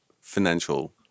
financial